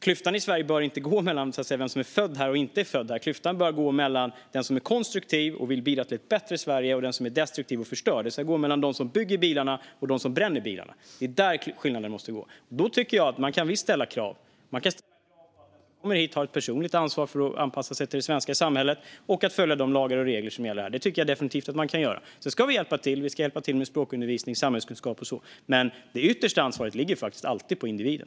Klyftan i Sverige bör inte gå mellan vem som är född här och inte utan mellan den som är konstruktiv och vill bidra till ett bättre Sverige och den som är destruktiv och förstör. Klyftan ska gå mellan dem som bygger bilarna och dem som bränner bilarna. Då tycker jag att man visst kan ställa krav. Man kan ställa krav på att den som kommer hit tar ett personligt ansvar för att anpassa sig till det svenska samhället och för att följa de lagar och regler som gäller här. Det tycker jag definitivt att man kan göra. Vi ska hjälpa till med språkundervisning, samhällskunskap och så vidare, men det yttersta ansvaret ligger faktiskt alltid på individen.